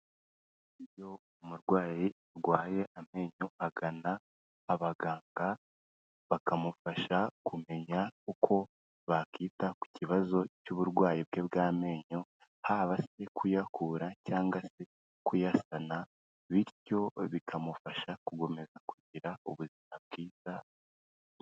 Iyo umurwayi arwaye amenyo agana abaganga, bakamufasha kumenya uko bakita ku kibazo cy'uburwayi bwe bw'amenyo, haba se kuyakura cyangwa se kuyasana bityo bikamufasha gukomeza kugira ubuzima bwiza.